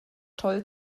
toll